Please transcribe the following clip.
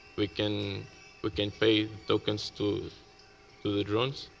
we can we can pay tokens to to the drones,